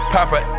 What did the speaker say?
Papa